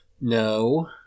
No